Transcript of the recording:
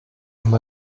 amb